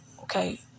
okay